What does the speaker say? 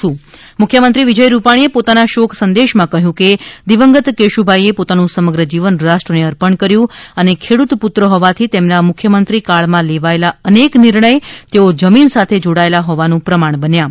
છું મુખ્યમંત્રી વિજય રૂપાણીએ પોતાના શોક સંદેશમાં કહ્યું છે કે દિવંગત કેશુભાઈએ પોતાનું સમગ્ર જીવન રાષ્ટ્રને અર્પણ કર્યું હતું અને ખેડૂતપુત્ર હોવાથી તેમના મુખ્યમંત્રીકાળ માં લેવાયેલા અનેક નિર્ણય તેઓ જમીન સાથે જોડાયેલા હોવાનું પ્રમાણ બન્યા છે